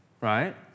right